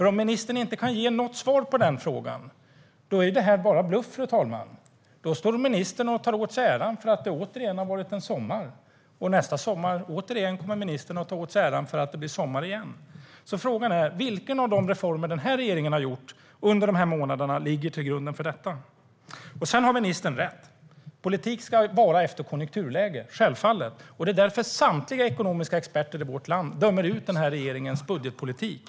Om ministern inte kan ge något svar på frågan är detta bara bluff, fru talman. Då står ministern här och tar åt sig äran för att det återigen har varit sommar. Nästa sommar kommer ministern återigen att ta åt sig äran för att det blir sommar. Frågan är alltså vilken av de reformer den här regeringen har genomfört under de senaste månaderna som ligger till grund för detta. Sedan har ministern rätt i att politik ska utformas efter konjunkturläge - självfallet. Det är därför samtliga ekonomiska experter i vårt land dömer ut den här regeringens budgetpolitik.